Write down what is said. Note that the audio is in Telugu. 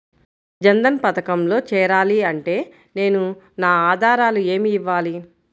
జన్ధన్ పథకంలో చేరాలి అంటే నేను నా ఆధారాలు ఏమి ఇవ్వాలి?